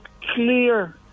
clear